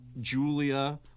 julia